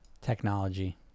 Technology